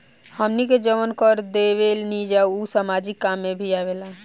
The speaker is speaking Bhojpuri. हमनी के जवन कर देवेनिजा उ सामाजिक काम में भी आवेला